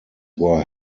were